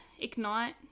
Ignite